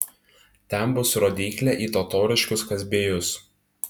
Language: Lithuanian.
ten bus rodyklė į totoriškus kazbiejus